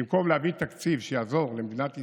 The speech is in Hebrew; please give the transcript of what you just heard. במקום להביא תקציב שיעזור למדינת ישראל,